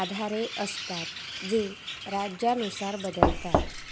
अधीन असतत जे राज्यानुसार बदलतत